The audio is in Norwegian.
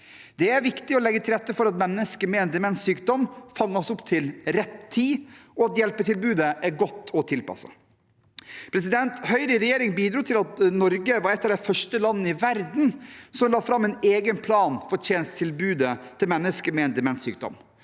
Det er viktig å legge til rette for at mennesker med en demenssykdom fanges opp til rett tid, og at hjelpetilbudet er godt og tilpasset. Høyre i regjering bidro til at Norge var et av de første landene i verden som la fram en egen plan for tjenestetilbudet til mennesker med en demenssykdom.